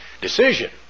decision